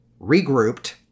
regrouped